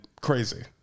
crazy